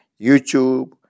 YouTube